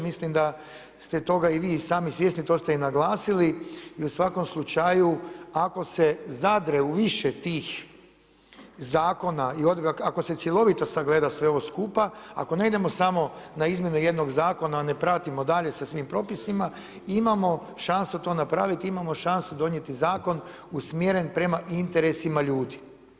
Mislim da ste toga i vi sami svjesni, to ste i naglasili i u svakom slučaju ako se zadre u više tih zakona i odredaba, ako se cjelovito sagleda sve ovo skupa, ako ne idemo samo na izmjenu jednog zakona, ne pratimo dalje sa svim propisima, imamo šansu to napraviti, imamo šansu donijeti zakon, usmjeren prema interesima ljudi.